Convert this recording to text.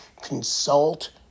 Consult